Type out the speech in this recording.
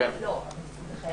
נכון.